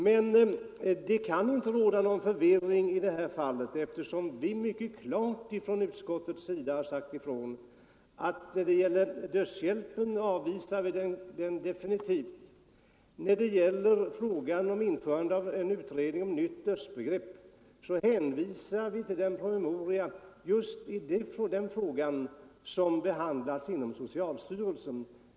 Men det borde inte råda någon förvirring i det här fallet, eftersom utskottet definitivt har avvisat tanken på dödshjälp. När det gäller frågan om tillsättande av en utredning om nytt dödsbegrepp hänvisar vi till den promemoria i den här frågan som behandlas inom socialstyrelsen.